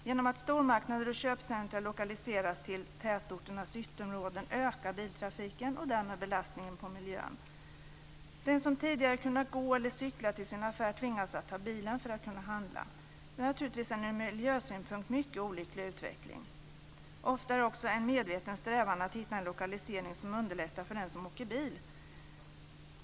Genom att stormarknader och köpcentrum lokaliseras till tätorternas ytterområden ökar biltrafiken och därmed belastningen på miljön. Den som tidigare kunnat gå eller cykla till sin affär tvingas att ta bilen för att handla. Det här är naturligtvis en ur miljösynpunkt mycket olycklig utveckling. Ofta är det också en medveten strävan att hitta en lokalisering som underlättar för den som åker bil.